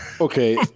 Okay